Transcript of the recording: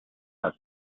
are